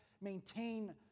maintain